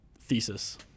thesis